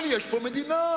אבל יש פה מדינה.